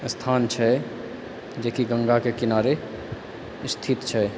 स्थान छै जेकि गङ्गाके किनारे स्थित छै